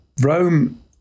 Rome